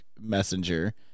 messenger